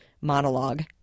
monologue